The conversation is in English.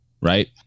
right